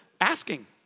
asking